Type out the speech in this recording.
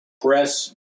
press